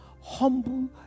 humble